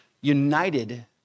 united